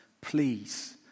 please